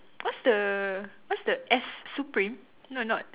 what's the what's the S supreme no not